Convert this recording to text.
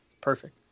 perfect